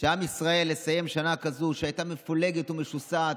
שעם ישראל יסיים שנה כזאת, שהייתה מפולגת ומשוסעת,